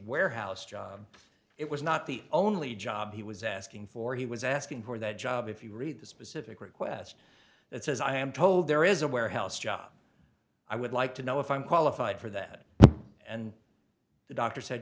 warehouse job it was not the only job he was asking for he was asking for that job if you read the specific request that says i am told there is a warehouse job i would like to know if i'm qualified for that and the doctor said